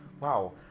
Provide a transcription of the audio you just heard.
wow